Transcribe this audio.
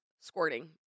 squirting